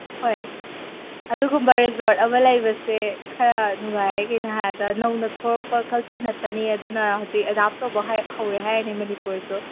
ꯍꯣꯏ ꯑꯗꯨꯒꯨꯝꯕ ꯔꯤꯖꯣꯔꯠ ꯑꯃ ꯂꯩꯕꯁꯦ ꯈꯔ ꯅꯨꯡꯉꯥꯏꯌꯦ ꯀꯩꯅꯣ ꯍꯥꯏꯕꯗ ꯅꯧꯅ ꯊꯣꯛꯂꯛꯄ ꯀꯜꯆꯔ ꯉꯥꯛꯇꯅꯤ ꯑꯗꯨꯅ ꯍꯧꯖꯤꯛ ꯑꯦꯗꯥꯞ ꯇꯧꯕ ꯍꯧꯔꯦ ꯍꯥꯏꯔꯅꯤ ꯃꯅꯤꯄꯨꯔꯁꯨ